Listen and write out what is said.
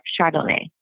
Chardonnay